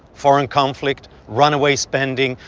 foreign conflict, runaway spending,